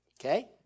okay